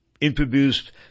introduced